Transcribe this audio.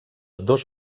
dos